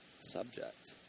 subject